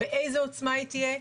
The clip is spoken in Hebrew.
באיזו עוצמה היא תהיה,